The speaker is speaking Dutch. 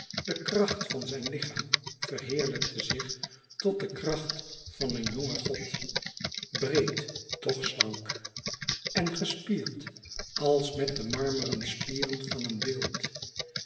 de kracht van zijn lichaam verheerlijkte zich tot de kracht van een jongen god breed toch slank en gespierd als met de marmeren spieren van een beeld